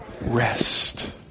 Rest